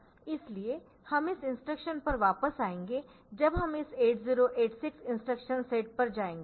इसलिए हम इस इंस्ट्रक्शन पर वापस आएंगे जब हम इस 8086 इंस्ट्रक्शन सेट पर जाएंगे